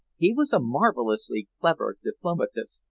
he was a marvelously clever diplomatist.